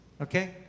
Okay